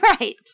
Right